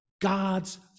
God's